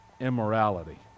immorality